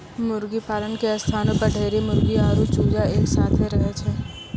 मुर्गीपालन के स्थानो पर ढेरी मुर्गी आरु चूजा एक साथै रहै छै